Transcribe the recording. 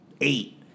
eight